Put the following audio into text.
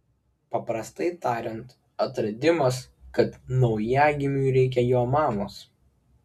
paprastai tariant atradimas kad naujagimiui reikia jo mamos